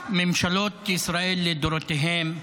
ממשלות ישראל לדורותיהן,